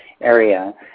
area